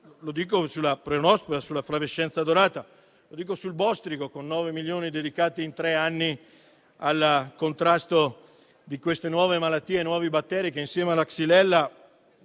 Lo dico sulla peronospora, sulla flavescenza dorata, sul bostrico, con 9 milioni dedicati in tre anni al contrasto di queste nuove malattie e di questi nuovi batteri, che insieme alla Xylella